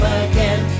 again